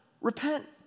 Repent